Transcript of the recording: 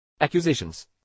Accusations